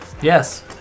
Yes